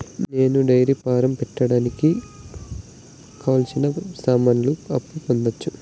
నేను dairy farm పెట్టడానికి కావాల్సిన సామాన్లకు అప్పు పొందొచ్చా?